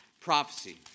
prophecy